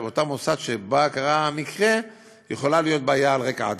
באותו מוסד שבו קרה המקרה יכולה להיות בעיה על רקע עדתי,